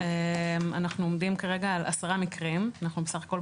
לא מעבירים את הכספים.